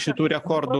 šitų rekordų